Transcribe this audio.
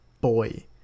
boy